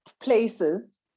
places